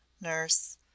nurse